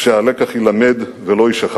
שהלקח יילמד ולא יישכח.